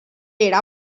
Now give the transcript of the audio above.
era